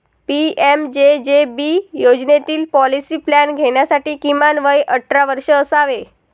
PMJJB योजनेतील policy plan घेण्यासाठी किमान वय अठरा वर्षे असावे